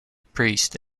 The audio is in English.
priest